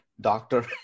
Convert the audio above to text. doctor